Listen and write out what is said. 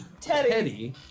Teddy